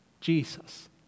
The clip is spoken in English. Jesus